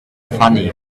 funny